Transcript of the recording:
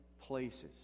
places